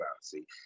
See